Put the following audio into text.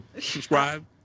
Subscribe